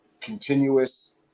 continuous